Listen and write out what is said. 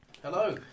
Hello